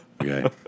Okay